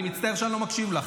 אני מצטער שאני לא מקשיב לך.